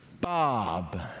Bob